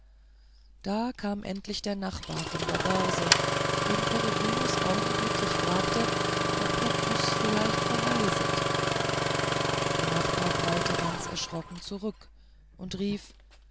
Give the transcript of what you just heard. da kam endlich der nachbar von der börse den peregrinus augenblicklich fragte ob herr tyß vielleicht verreiset der nachbar prallte aber ganz erschrocken zurück und rief